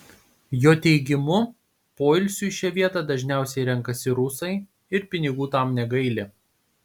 jo teigimu poilsiui šią vietą dažniausiai renkasi rusai ir pinigų tam negaili